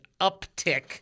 uptick